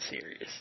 serious